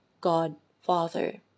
God-Father